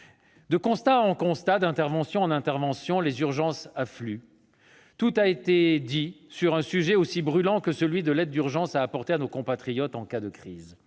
De constat en constat, d'intervention en intervention, les urgences affluent. Tout a été dit sur un sujet aussi brûlant que celui de l'aide d'urgence à apporter à nos compatriotes en cas de crise.